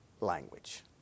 language